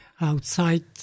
outside